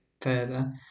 further